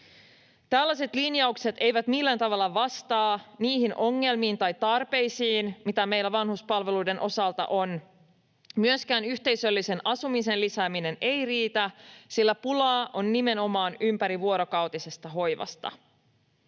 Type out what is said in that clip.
Tällaiset linjaukset eivät millään tavalla vastaa niihin ongelmiin tai tarpeisiin, mitä meillä vanhuspalveluiden osalta on. Myöskään yhteisöllisen asumisen lisääminen ei riitä, sillä pulaa on nimenomaan ympärivuorokautisesta hoivasta.